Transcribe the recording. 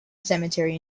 cemetery